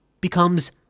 becomes